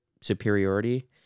superiority